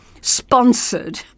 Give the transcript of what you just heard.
sponsored